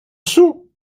sou